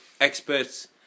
Experts